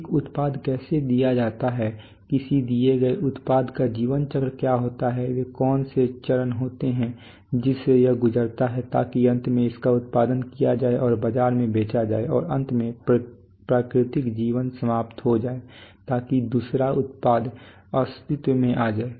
एक उत्पाद कैसे दिया जाता है किसी दिए गए उत्पाद का जीवन चक्र क्या होता है वे कौन से चरण होते हैं जिससे यह गुजरता है ताकि अंत में इसका उत्पादन किया जाए और बाजार में बेचा जाए और अंत में प्राकृतिक जीवन समाप्त हो जाए ताकि दूसरा उत्पाद अस्तित्व में आ जाए